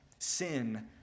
Sin